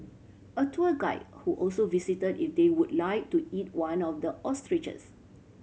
a tour guide who also visitor if they would like to eat one of the ostriches